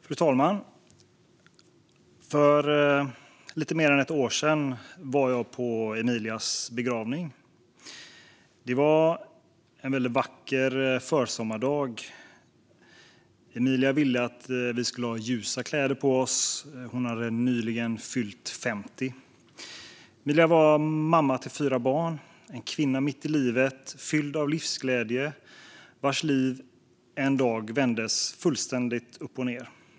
Fru talman! För lite mer än ett år sedan var jag på Emilias begravning. Det var en väldigt vacker försommardag. Emilia ville att vi skulle ha ljusa kläder på oss. Hon hade nyligen fyllt 50. Emilia var mamma till fyra barn. Hon var en kvinna mitt i livet, fylld av livsglädje, vars liv en dag vändes fullständigt upp och ned.